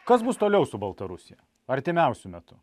kas bus toliau su baltarusija artimiausiu metu